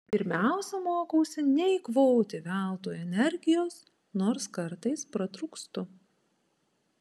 pirmiausia mokausi neeikvoti veltui energijos nors kartais pratrūkstu